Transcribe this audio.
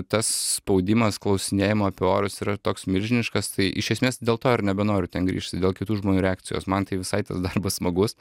tas spaudimas klausinėjimo apie orus yra toks milžiniškas tai iš esmės dėl to ir nebenoriu ten grįžti dėl kitų žmonių reakcijos man tai visai tas darbas smagus